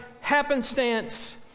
happenstance